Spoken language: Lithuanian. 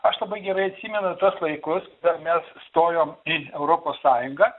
aš labai gerai atsimenu tuos laikus kai mes stojom į europos sąjungą